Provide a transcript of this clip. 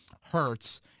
hurts